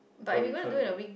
but we can't right